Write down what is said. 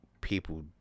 people